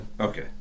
Okay